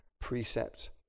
precept